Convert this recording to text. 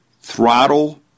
throttle